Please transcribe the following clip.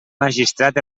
magistrat